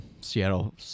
Seattle